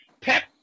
Pep